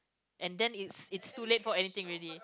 and then it's it's too late for anything already